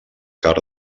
car